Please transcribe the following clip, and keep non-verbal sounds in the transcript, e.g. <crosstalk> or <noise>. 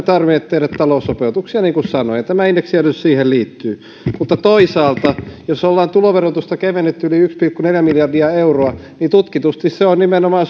<unintelligible> tarvinnut tehdä taloussopeutuksia niin kuin sanoin ja tämä indeksijäädytys siihen liittyy mutta toisaalta jos ollaan tuloverotusta kevennetty yli yksi pilkku neljä miljardia euroa tutkitusti se on nimenomaan <unintelligible>